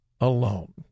alone